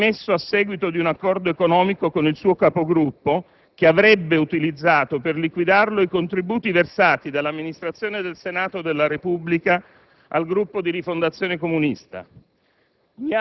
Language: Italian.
si sia dimesso a seguito di un accordo economico con il suo Capogruppo, che avrebbe utilizzato per liquidarlo i contributi versati dall'amministrazione del Senato della Repubblica al Gruppo di Rifondazione Comunista.